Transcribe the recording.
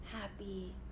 happy